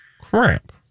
crap